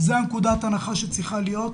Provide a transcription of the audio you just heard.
זו נקודת ההנחה שצריכה להיות.